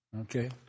Okay